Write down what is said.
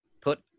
put